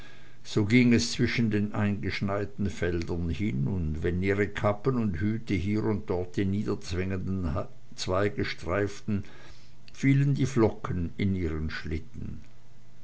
so ging es zwischen den eingeschneiten feldern hin und wenn ihre kappen und hüte hier und dort die herniederhängenden zweige streiften fielen die flocken in ihren schlitten